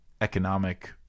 economic